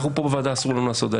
פה בוועדה אסור לנו לעשות את זה.